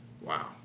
Wow